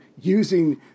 using